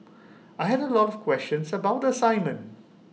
I had A lot of questions about the assignment